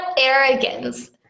arrogance